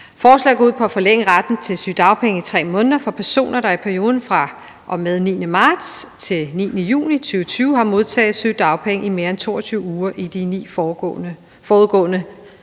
Forslaget går ud på at forlænge retten til sygedagpenge i 3 måneder for personer, der i perioden fra og med 9. marts til 9. juni 2020 har modtaget sygedagpenge i mere end 22 uger i de 9 forudgående